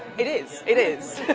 it is, it is.